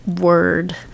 word